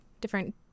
different